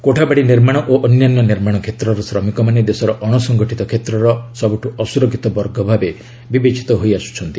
କୋଠାବାଡ଼ି ନିର୍ମାଣ ଓ ଅନ୍ୟାନ୍ୟ ନିର୍ମାଣ କ୍ଷେତ୍ରର ଶ୍ରମିକମାନେ ଦେଶର ଅଣସଂଗଠିତ କ୍ଷେତ୍ରର ସବୁଠୁ ଅସୁରକ୍ଷିତ ବର୍ଗ ଭାବେ ବିବେଚିତ ହୋଇ ଆସୁଛନ୍ତି